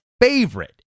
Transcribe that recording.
favorite